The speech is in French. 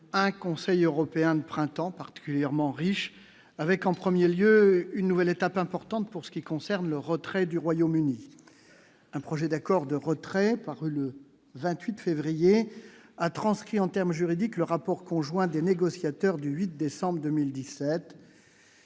un Conseil européen de printemps particulièrement riche avec en 1er lieu une nouvelle étape importante pour ce qui concerne l'Europe. Près du Royaume-Uni, un projet d'accord de retrait, paru le 28 février à transcrit en terme juridique, le rapport conjoint des négociateurs du 8 décembre 2017,